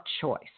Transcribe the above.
choice